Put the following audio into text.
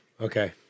Okay